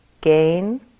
gain